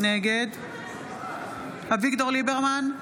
נגד אביגדור ליברמן,